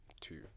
two